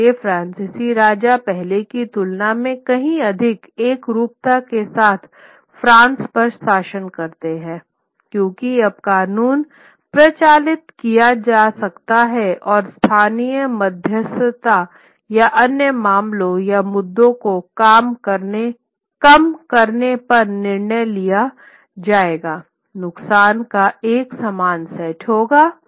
इसलिए फ्रांसीसी राजा पहले की तुलना में कहीं अधिक एकरूपता के साथ फ्रांस पर शासन करते हैं क्योंकि अब कानून प्रचारित किया जा सकता है और स्थानीय मध्यस्थता या अन्य मामलों या मुद्दों को कम करने पर निर्णय लिया जाएगा नुकसान का एक समान सेट होगा